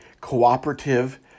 cooperative